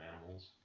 animals